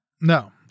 No